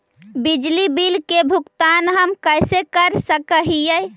बिजली बिल के भुगतान हम कैसे कर सक हिय?